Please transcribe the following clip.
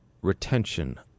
retention